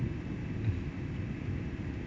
mm